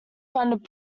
funded